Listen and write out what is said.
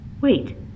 Wait